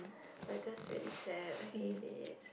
but that's really sad I hate it